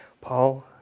Paul